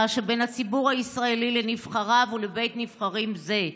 שבין הציבור הישראלי לנבחריו ולבית נבחרים זה.